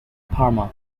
parma